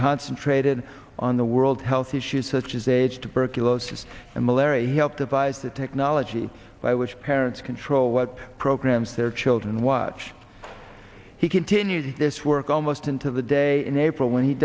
concentrated on the world health issues such as age tuberculosis and malaria he helped devise the technology by which parents control what programs their children watch he continued this work almost until the day in april when he